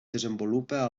desenvolupa